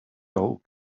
old